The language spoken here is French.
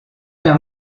d’un